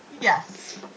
Yes